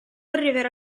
arriverà